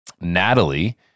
Natalie